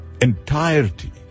entirety